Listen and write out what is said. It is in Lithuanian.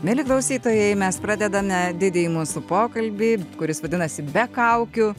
mieli klausytojai mes pradedame didįjį mūsų pokalbį kuris vadinasi be kaukių